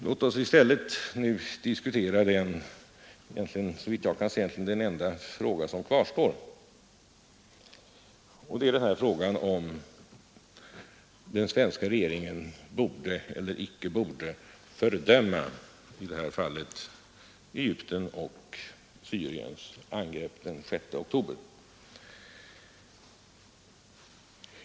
Låt oss då i stället diskutera den såvitt jag kan se enda fråga som kvarstår, nämligen huruvida den svenska regeringen borde eller inte borde fördöma Egyptens och Syriens angrepp den 6 oktober.